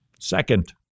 Second